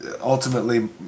ultimately